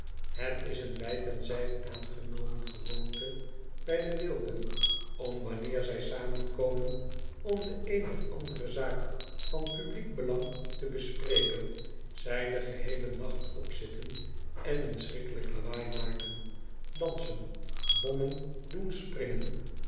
het is een wijd en zijd aangenomen gewoonte bij de wilden om wanneer zij samenkomen om de een of andere zaak van publiek belang te bespreken zij den geheelen nacht opzitten en een schrikkelijk lawaai maken dansen bommen doen springen